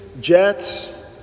jets